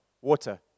Water